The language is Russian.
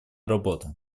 работа